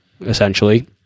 essentially